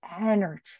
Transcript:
energy